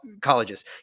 colleges